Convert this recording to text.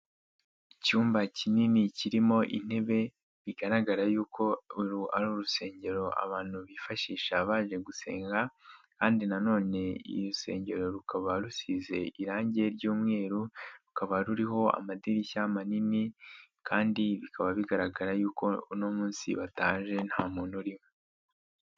Icyumba kinini kirimo intebe bigaragara yuko uru ari urusengero abantu bifashisha baje gusenga, kandi na none urusengero rukaba rusize irangi ry'umweru, rukaba ruriho amadirishya manini kandi bikaba bigaragara yuko uno munsi bataje nta muntu urimo.